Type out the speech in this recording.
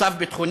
או מצב ביטחוני,